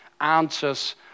answers